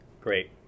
Great